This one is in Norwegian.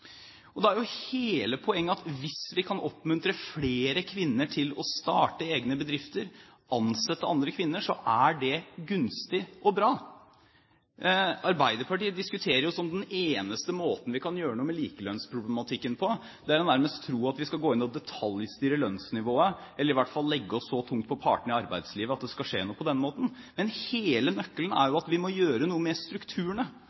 Hele poenget er jo at hvis vi kan oppmuntre flere kvinner til å starte egne bedrifter og ansette andre kvinner, er det gunstig og bra. Arbeiderpartiet diskuterer som om den eneste måten vi kan gjøre noe med likelønnsproblematikken på, er nærmest å gå inn og detaljstyre lønnsnivået, eller i hvert fall legge oss så tungt på partene i arbeidslivet at det skal skje noe på den måten. Men hele nøkkelen er jo